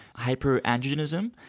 hyperandrogenism